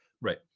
Right